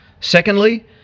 Secondly